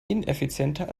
ineffizienter